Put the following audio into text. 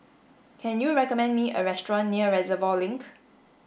can you recommend me a restaurant near Reservoir Link